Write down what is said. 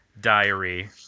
Diary